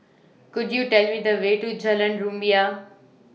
Could YOU Tell Me The Way to Jalan Rumia